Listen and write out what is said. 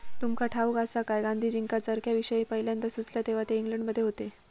तुमका ठाऊक आसा काय, गांधीजींका चरख्याविषयी पयल्यांदा सुचला तेव्हा ते इंग्लंडमध्ये होते